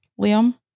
Liam